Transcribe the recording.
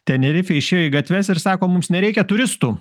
tenerifėj išėjo į gatves ir sako mums nereikia turistų